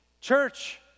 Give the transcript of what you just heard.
Church